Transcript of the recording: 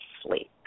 sleep